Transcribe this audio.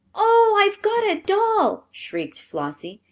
oh, i've got a doll! shrieked flossie,